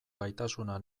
gaitasuna